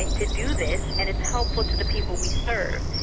to do this, and it's helpful to the people we serve.